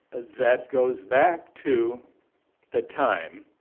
that goes back to the time.